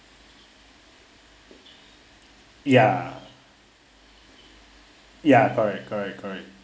ya ya correct correct correct